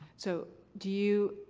so do you,